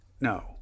no